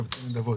כמקבצי נדבות.